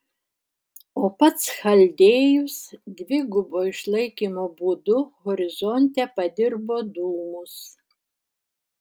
o pats chaldėjus dvigubo išlaikymo būdu horizonte padirbo dūmus